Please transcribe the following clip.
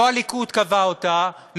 לא הליכוד קבע אותה,